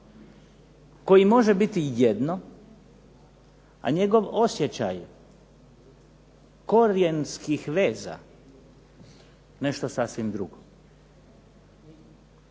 koji može biti jedno, a njegov osjećaj korijenskih veza nešto sasvim drugo.